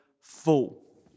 full